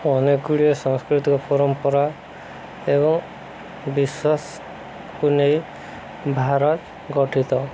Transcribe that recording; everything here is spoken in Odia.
ଅନେକ ଗୁଡ଼ିଏ ସାଂସ୍କୃତିକ ପରମ୍ପରା ଏବଂ ବିଶ୍ୱାସକୁ ନେଇ ଭାରତ ଗଠିତ